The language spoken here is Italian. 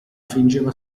fingeva